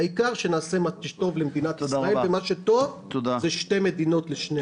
העיקר שנעשה מה שטוב למדינת ישראל ומה שטוב לשתי מדינות לשני העמים.